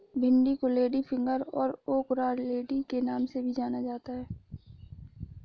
भिन्डी को लेडीफिंगर और ओकरालेडी के नाम से भी जाना जाता है